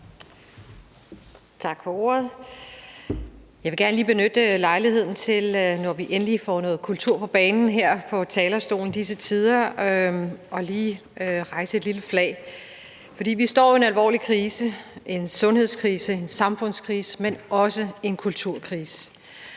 Tak for ordet. Jeg vil gerne benytte lejligheden, når vi endelig får noget kultur på banen her på talerstolen i disse tider, til lige at rejse et lille flag. For vi står jo i en alvorlig krise, en sundhedskrise, en samfundskrise, men også en kulturkrise.